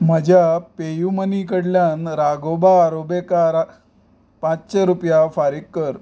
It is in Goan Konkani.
म्हज्या पे यू मनी कडल्यान राघोबा आराबेकार पांचशे रुपया फारीक कर